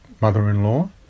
mother-in-law